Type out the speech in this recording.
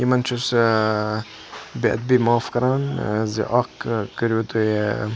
یِمَن چھُس بے اَدبی معاف کَران زِ اکھ کٔرِو تُہۍ